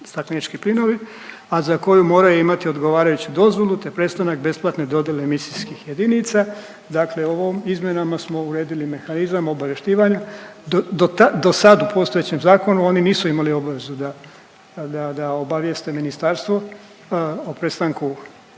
a za koju moraju imati odgovarajuću dozvolu te prestanak besplatne dodjele emisijskih jedinica. Dakle, ovom izmjenama smo uredili mehanizam obavještivanja dotad, dosad u postojećem zakonu oni nisu imali obavezu da, da obavijeste ministarstvo o prestanku